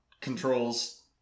Controls